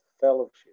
fellowship